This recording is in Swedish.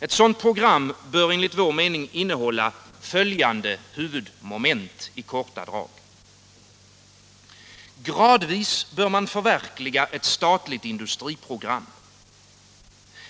Ett sådant program bör enligt vår mening innehålla följande huvudmoment i korta drag: Gradvis bör man förverkliga ett statligt industriprogram.